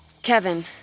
Kevin